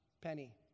penny